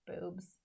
boobs